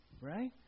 right